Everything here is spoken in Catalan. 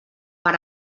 per